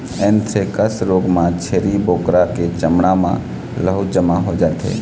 anthrax रोग म छेरी बोकरा के चमड़ा म लहू जमा हो जाथे